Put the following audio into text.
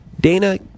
Dana